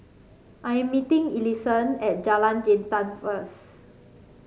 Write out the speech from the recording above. I am meeting Ellison at Jalan Jintan first